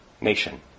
nation